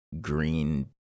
green